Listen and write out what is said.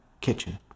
kitchen